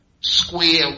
square